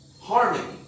Harmony